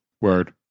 Word